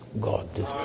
God